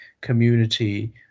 community